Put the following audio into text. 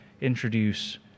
introduce